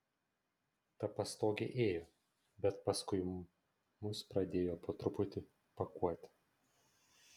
ta pastogė ėjo bet paskui mus pradėjo po truputį pakuoti